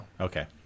Okay